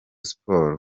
sport